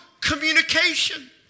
communication